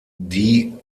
die